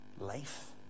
life